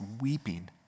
weeping